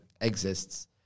exists